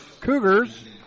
Cougars